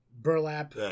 Burlap